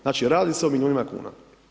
Znači, radi se o milijunima kuna.